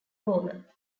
bowler